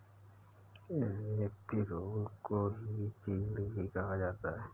पिरुल को ही चीड़ भी कहा जाता है